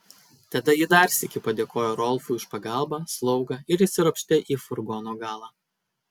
tada ji dar sykį padėkojo rolfui už pagalbą slaugą ir įsiropštė į furgono galą